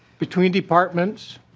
between departments